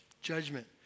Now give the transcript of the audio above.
Judgment